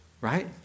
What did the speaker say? Right